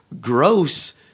gross